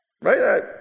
Right